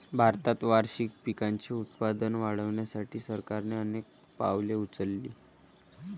भारतात वार्षिक पिकांचे उत्पादन वाढवण्यासाठी सरकारने अनेक पावले उचलली